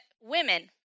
women